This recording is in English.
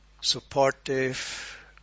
supportive